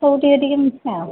ସବୁ ଟିକେ ଟିକେ ମିଶେ ଆଉ